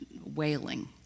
wailing